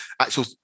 actual